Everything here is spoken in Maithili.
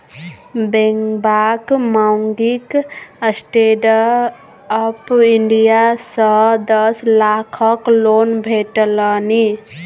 बेंगबाक माउगीक स्टैंडअप इंडिया सँ दस लाखक लोन भेटलनि